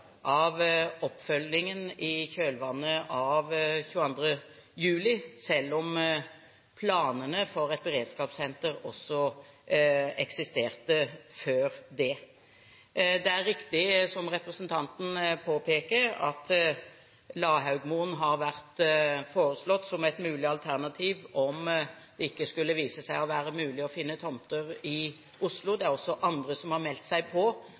eksisterte før det. Det er riktig, som representanten påpeker, at Lahaugmoen har vært foreslått som et mulig alternativ om det skulle vise seg ikke å være mulig å finne tomter i Oslo. Det er også andre som har meldt seg på.